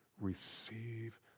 Receive